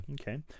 Okay